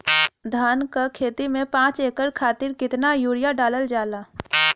धान क खेती में पांच एकड़ खातिर कितना यूरिया डालल जाला?